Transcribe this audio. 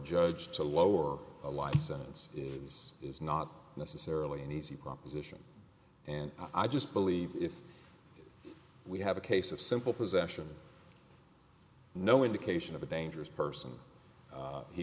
judge to lower a license is is not necessarily an easy proposition and i just believe if we have a case of simple possession no indication of a dangerous person